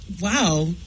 Wow